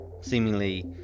seemingly